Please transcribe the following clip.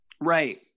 Right